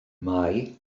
mai